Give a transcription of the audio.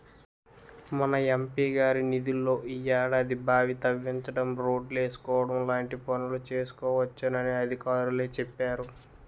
మన ఎం.పి గారి నిధుల్లో ఈ ఏడాది బావి తవ్వించడం, రోడ్లేసుకోవడం లాంటి పనులు చేసుకోవచ్చునని అధికారులే చెప్పేరు